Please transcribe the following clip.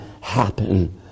happen